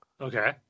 Okay